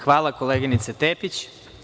Hvala, koleginice Tepić.